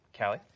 Callie